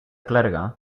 clergue